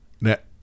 Net